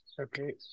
Okay